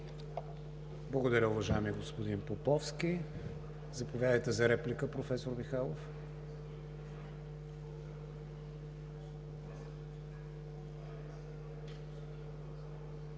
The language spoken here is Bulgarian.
Благодаря, уважаеми господин Поповски. Заповядайте за реплика, професор Михайлов.